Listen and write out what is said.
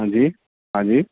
ہاں جی ہاں جی